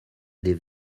des